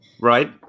right